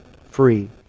free